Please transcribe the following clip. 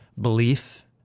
belief